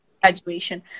graduation